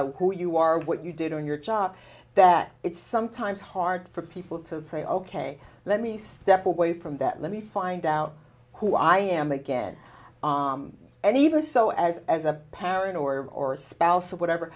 out who you are what you did on your job that it's sometimes hard for people to say ok let me step away from that let me find out who i am again any of us so as as a parent or or spouse or whatever